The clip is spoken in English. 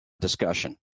discussion